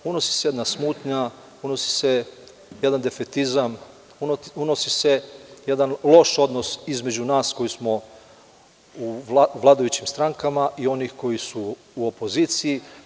Unosi se jedna smutnja, unosi se jedan defetizam, unosi se jedan loš odnos između nas koji smo u vladajućim strankama i onih koji su u opoziciji.